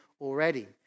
already